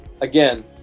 again